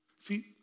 See